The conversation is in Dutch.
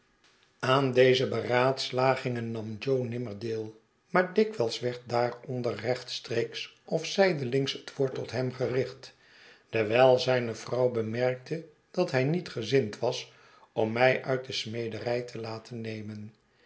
deze beraadslagingen nam jo nimmer deel maar dikwijls werd daaronder rechtstreeks of zijdelings het woord tot hem gericht dewijl zijne vrouw bemerkte dat hij niet gezind was om mij uit de smederij te laten nemen